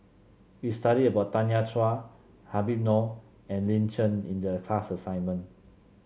we studied about Tanya Chua Habib Noh and Lin Chen in the class assignment